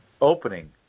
opening